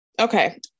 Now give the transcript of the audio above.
okay